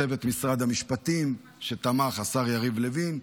לצוות משרד המשפטים שתמך, לשר יריב לוין,